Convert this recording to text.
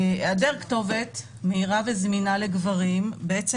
היעדר כתובת מהירה וזמינה לגברים בעצם